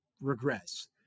regress